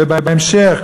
ובהמשך,